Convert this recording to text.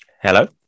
Hello